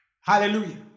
hallelujah